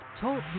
Talk